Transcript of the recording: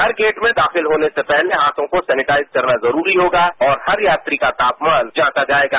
हर gate में दाखिल होने से पहले हाथों को सैनिटाइज करना जरूरी होगा और हर यात्री कातापमान जांच जायेगा